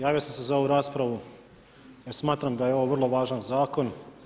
Javio sam se za ovu raspravu, jer smatram da je ovo vrlo važan zakon.